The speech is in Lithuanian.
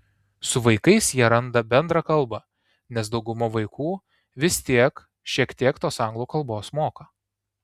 su vaikais jie randa bendrą kalbą nes dauguma vaikų vis tiek šiek tiek tos anglų kalbos moka